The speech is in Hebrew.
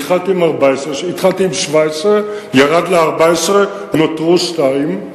התחלתי עם 17, ירד ל-14, נותרו שניים.